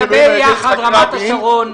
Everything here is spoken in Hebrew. מי בעד לא לאשר לעמותת יחד רמת השרון,